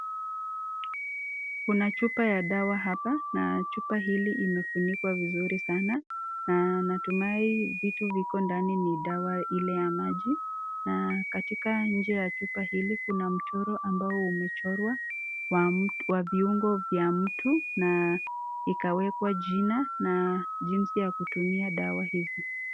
Kuna chupa ya dawa hapa, na chupa hili imefunikwa vizuri sana, na natumai vitu viko ndani ni dawa ile ya maji, na katika nje ya chupa hili kuna mchoro ambao umechorwa, wa viungo vya mtu, na ikawekwa jina na jinsi ya kutumia dawa hizi.